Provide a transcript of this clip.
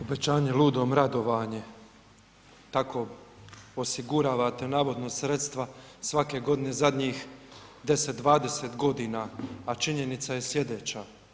Obećanje ludom radovanje, tako osiguravate navodno sredstva svake godine zadnjih 10, 20 godina, a činjenica je slijedeća.